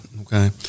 okay